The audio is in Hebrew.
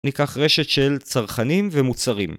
‫ניקח רשת של צרכנים ומוצרים.